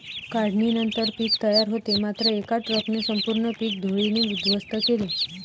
काढणीनंतर पीक तयार होते मात्र एका ट्रकने संपूर्ण पीक धुळीने उद्ध्वस्त केले